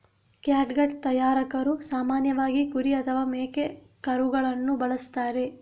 catgut ತಯಾರಕರು ಸಾಮಾನ್ಯವಾಗಿ ಕುರಿ ಅಥವಾ ಮೇಕೆಕರುಳನ್ನು ಬಳಸುತ್ತಾರೆ